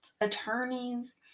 attorneys